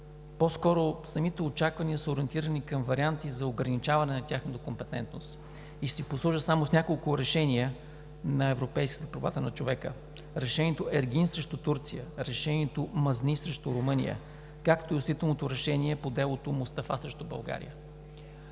по-скоро самите очаквания са ориентирани към варианти за ограничаване на тяхната компетентност. И ще си послужа само с няколко решения на Европейския съд за правата на човека: Решението „Ергин срещу Турция“; Решението „Мазни срещу Румъния“; както и осъдителното Решение по делото „Мустафа срещу България“.